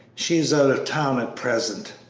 she is out of town at present,